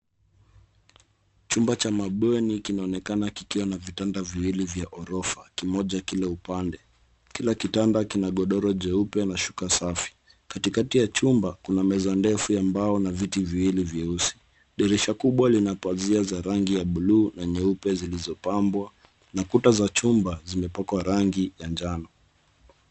Chumba cha mabweni kinaonekana kikiwa na vitanda viwili vya orofa, kimoja kila upande. Kila kitanda kina godoro jeupe na shuka safi. Katikati ya chumba kuna meza ndefu ya mbao na viti viwili vyeusi. Dirisha kubwa lina pazia za rangi ya buluu na nyeupe zilizopambwa na kuta za chumba zimepakwa rangi ya njano.